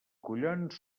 collons